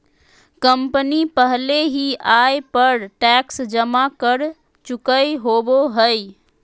company पहले ही आय पर टैक्स जमा कर चुकय होबो हइ